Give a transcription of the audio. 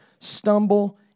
stumble